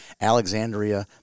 Alexandria